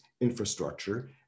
infrastructure